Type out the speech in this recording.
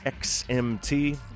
XMT